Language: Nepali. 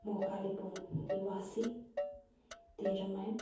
म कालेबुङ निवासी तेह्र माइल